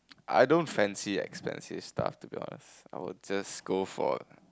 I don't fancy expensive stuff to be honest I would just go for